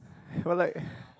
or like